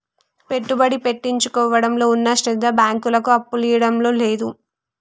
పెట్టుబడి పెట్టించుకోవడంలో ఉన్న శ్రద్ద బాంకులకు అప్పులియ్యడంల లేదు